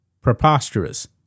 preposterous